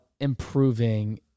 improving